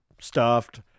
stuffed